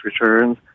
returns